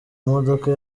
modoka